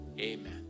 Amen